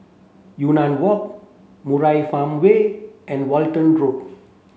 Yunnan Walk Murai Farmway and Walton Road